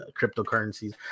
cryptocurrencies